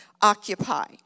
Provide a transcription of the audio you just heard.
occupy